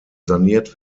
saniert